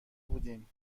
بودیم